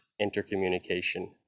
intercommunication